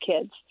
kids